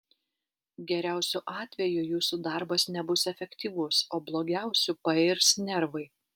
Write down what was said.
geriausiu atveju jūsų darbas nebus efektyvus o blogiausiu pairs nervai